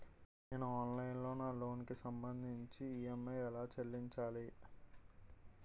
నేను ఆన్లైన్ లో నా లోన్ కి సంభందించి ఈ.ఎం.ఐ ఎలా చెల్లించాలి?